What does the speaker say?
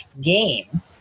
game